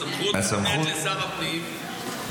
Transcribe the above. הסמכות מוקנית לשר הפנים,